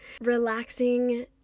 Relaxing